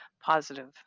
positive